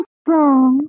strong